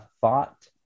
thought